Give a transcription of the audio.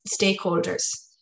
stakeholders